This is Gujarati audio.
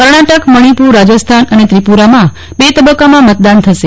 કર્ણાટક મજ્જીપુર રાજસ્થાન અને ત્રિપુરામાં બે તબકકામાં મતદાન થશે